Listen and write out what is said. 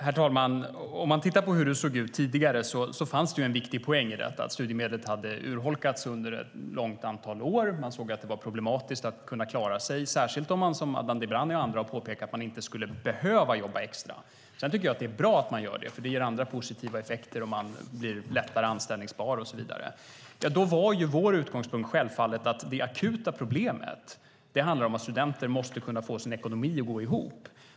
Herr talman! Om man tittar på hur det såg ut tidigare fanns det en viktig poäng i detta, att studiemedlet hade urholkats under ett stort antal år. Man såg att det var problematiskt att kunna klara sig, särskilt om man, som Adnan Dibrani och andra har påpekat, inte skulle behöva jobba extra. Sedan tycker jag att det är bra att man gör det, för det ger andra positiva effekter. Man blir lättare anställbar och så vidare. Då var vår utgångspunkt självfallet att det akuta problemet var att studenter måste kunna få sin ekonomi att gå ihop.